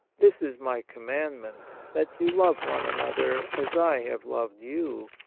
this is my commandment, that you love one another as i have loved you.